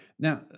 Now